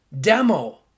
demo